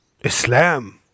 Islam